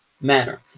manner